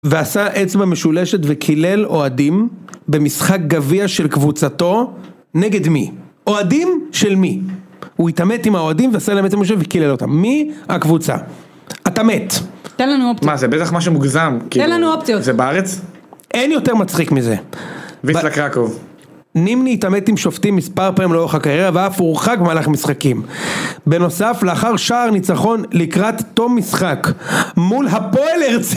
ועשה אצבע משולשת וקילל אוהדים במשחק גביע של קבוצתו נגד מי? אוהדים של מי? הוא התאמת עם האוהדים ועשה להם אצבע משולשת וקילל אותם מי הקבוצה? אתה מת תן לנו אופציות מה זה? בטח משהו מוגזם תן לנו אופציות זה בארץ? אין יותר מצחיק מזה ויסט לקראקוב נימני התאמת עם שופטים מספר פעמים לאורך הקריירה ואף הוא רוחק במהלך משחקים בנוסף, לאחר שער ניצחון לקראת תום משחק מול הפועל רצים